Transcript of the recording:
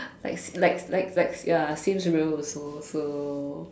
like like like like uh seems real also so